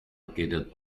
located